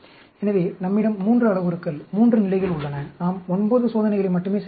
எனவே நம்மிடம் 3 அளவுருக்கள் 3 நிலைகள் உள்ளன நாம் 9 சோதனைகளை மட்டுமே செய்கிறோம்